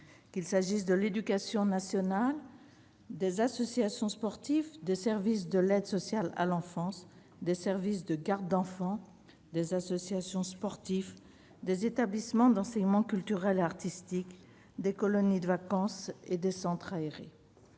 qu'il s'agisse de l'éducation nationale, des associations sportives, des services de l'aide sociale à l'enfance, des services de garde d'enfants, des associations sportives, des établissements d'enseignement culturel et artistique, des colonies de vacances et des centres aérés.